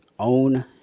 own